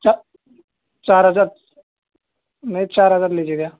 چار ہزار نہیں چار ہزار لیجیے گا